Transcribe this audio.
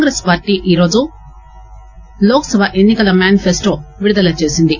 Congress party రోజు లోక్ సభ ఎన్ని కల మ్యానిఫెస్టో విడుదల చేసింది